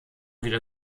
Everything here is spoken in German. wieder